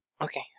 Okay